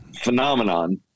phenomenon